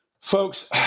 folks